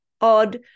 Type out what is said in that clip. odd